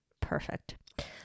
perfect